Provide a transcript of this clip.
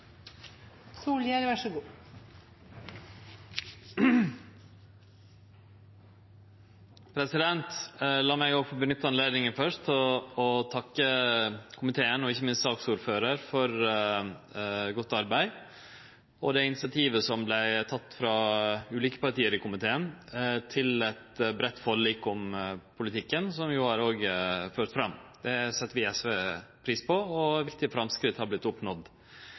meg først nytte anledninga til å takke komiteen og ikkje minst saksordføraren for godt arbeid og for det initiativet som vart teke frå ulike parti i komiteen, til eit breitt forlik om politikken, som òg har ført fram. Det set vi i SV pris på, og viktige framsteg har